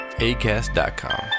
ACAST.COM